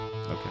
Okay